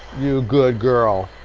you good girl.